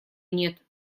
нет